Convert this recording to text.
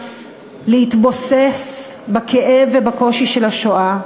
להתבוסס בכאב ובקושי של השואה,